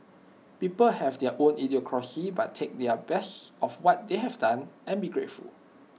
people have their own idiosyncrasy but take their best of what they have done and be grateful